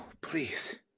please